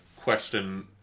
question